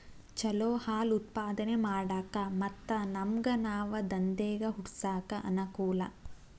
ಚಲೋ ಹಾಲ್ ಉತ್ಪಾದನೆ ಮಾಡಾಕ ಮತ್ತ ನಮ್ಗನಾವ ದಂದೇಗ ಹುಟ್ಸಾಕ ಅನಕೂಲ